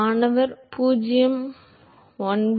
மாணவர் U 0